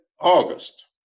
August